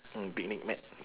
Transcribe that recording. mm picnic mat